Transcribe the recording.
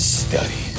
study